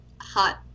hot